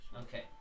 Okay